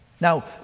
Now